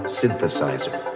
synthesizer